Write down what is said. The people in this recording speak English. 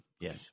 Yes